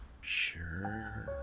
Sure